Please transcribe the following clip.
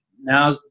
Now